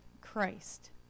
Christ